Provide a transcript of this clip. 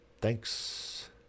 Thanks